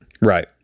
Right